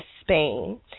Spain